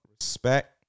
respect